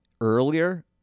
earlier